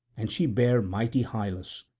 and she bare mighty hyllus.